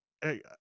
hey